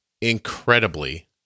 incredibly